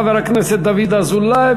חבר הכנסת דוד אזולאי,